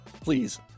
please